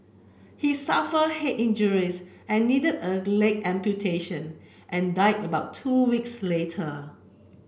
he suffered head injuries and needed a leg amputation and died about two weeks later